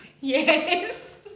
Yes